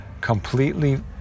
completely